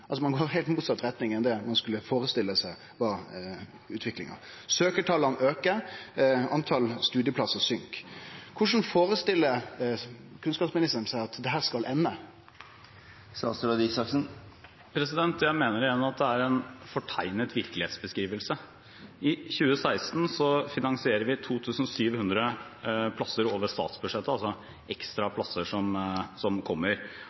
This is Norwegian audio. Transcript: retning enn det ein kunne førestille seg var utviklinga. Søkjartalet aukar, talet på studieplassar går ned. Korleis førestiller kunnskapsministeren seg at dette skal ende? Jeg mener igjen at det er en fortegnet virkelighetsbeskrivelse. I 2016 finansierer vi 2 700 plasser over statsbudsjettet, altså ekstra plasser som kommer.